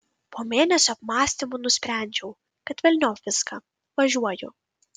po mėnesio apmąstymų nusprendžiau kad velniop viską važiuoju